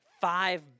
five